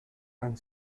han